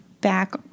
back